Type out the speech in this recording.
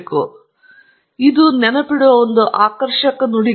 ಆದ್ದರಿಂದ ಇದು ನೆನಪಿಡುವ ಒಂದು ಆಕರ್ಷಕ ನುಡಿಗಟ್ಟು